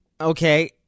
okay